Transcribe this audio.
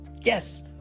Yes